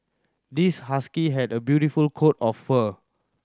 this husky had a beautiful coat of fur